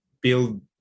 build